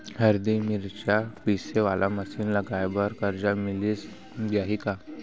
हरदी, मिरचा पीसे वाले मशीन लगाए बर करजा मिलिस जाही का?